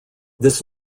this